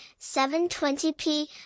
720p